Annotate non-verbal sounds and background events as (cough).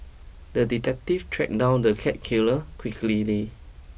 the detective tracked down the cat killer quickly (unintelligible)